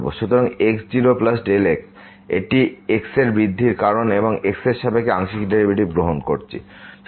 সুতরাং x0Δx এটি x এর বৃদ্ধি কারণ আমরা x এর সাপেক্ষে আংশিক ডেরিভেটিভ গ্রহণ করছি